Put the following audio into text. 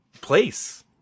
place